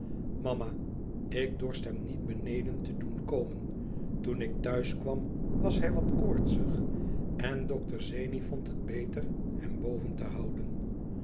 mama ik dorst hem niet beneden te doen komen toen ik thuiskwam was hij wat koortsig en dokter zeni vond het beter hem boven te houden